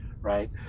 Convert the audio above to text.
right